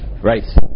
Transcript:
Right